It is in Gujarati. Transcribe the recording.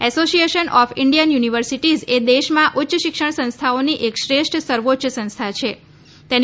એસોસિયેશન ઓફ ઈન્ડિયન યુનિવર્સિટીઝ એ દેશમાં ઉચ્ય શિક્ષણ સંસ્થાઓની એક શ્રેષ્ઠ સર્વોચ્ય સંસ્થા છે તેની